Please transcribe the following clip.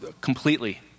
completely